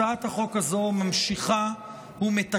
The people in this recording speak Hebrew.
הצעת החוק הזו ממשיכה ומתקפת